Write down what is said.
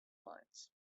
lines